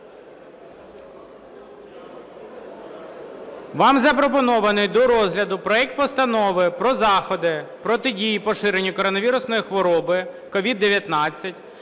Вам запропонований до розгляду проект Постанови про заходи протидії поширенню коронавірусної хвороби (COVID-19)